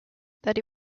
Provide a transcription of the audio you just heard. that